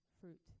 fruit